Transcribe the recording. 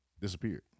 disappeared